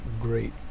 great